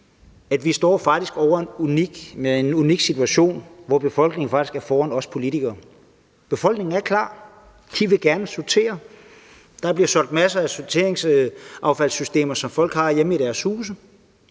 fordi vi faktisk står i en unik situation, hvor befolkningen er foran os politikere. Befolkningen er klar, de vil gerne sortere, og der bliver solgt masser af affaldssorteringssystemer, som folk har hjemme i deres huse.